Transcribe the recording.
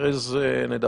אחרי זה נדבר.